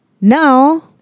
Now